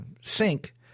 Sync